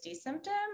symptoms